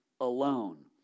alone